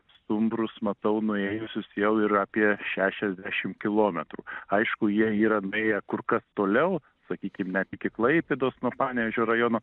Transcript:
stumbrus matau nuėjusius jau ir apie šešiasdešim kilometrų aišku jie yra beje kur kas toliau sakykim net iki klaipėdos nuo panevėžio rajono